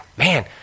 Man